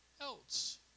else